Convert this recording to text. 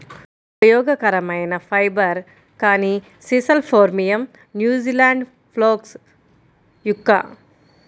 ఉపయోగకరమైన ఫైబర్, కానీ sisal phormium, New Zealand flax yucca